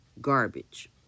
garbage